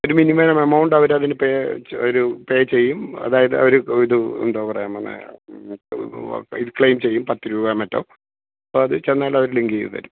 ഒരു minimum amount അവരതിന് pay ചെയ്യും ഒരു പേ ചെയ്യും അതായത് അവർ ഇത് എന്താ പറയാൻ വന്നത് ഇത് ക്ലെയിം ചെയ്യും പത്ത് രൂപയോ മറ്റോ അപ്പമത് ചെന്നാലവർ ലിങ്ക് ചെയ്ത തരും